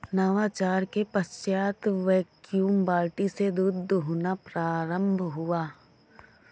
नवाचार के पश्चात वैक्यूम बाल्टी से दूध दुहना प्रारंभ हुआ